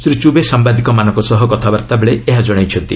ଶ୍ରୀ ଚୁବେ ସାମ୍ଭାଦିକମାନଙ୍କ ସହ କଥାବାର୍ତ୍ତା ବେଳେ ଏହା ଜଣାଇଛନ୍ତି